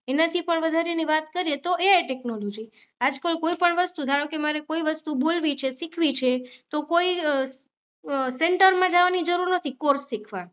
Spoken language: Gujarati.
એનાથી પણ વધારે એની વાત કરીએ તો એઆઈ ટેક્નોલોજી આજકલ કોઈપણ વસ્તુ ધારોકે મારે કોઈ વસ્તુ બોલવી છે શીખવી છે તો કોઈ સેંટરમાં જવાની જરૂર નથી કોર્સ શીખવા